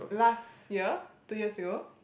last year two years ago